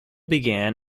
began